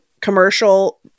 commercial